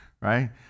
right